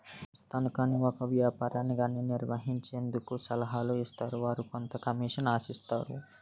సంస్థను గాని ఒక వ్యాపారాన్ని గాని నిర్వహించేందుకు సలహాలు ఇస్తారు వారు కొంత కమిషన్ ఆశిస్తారు